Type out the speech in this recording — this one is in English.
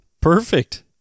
perfect